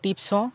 tips ᱦᱚᱸ